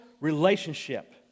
relationship